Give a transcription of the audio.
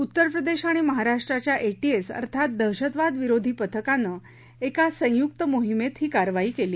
उत्तर प्रदेश आणि महाराष्ट्राच्या एटीएस अर्थात दहशतवादविरोधी पथकानं एका संयुक्त मोहिमेत ही कारवाई केली